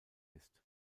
ist